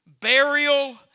burial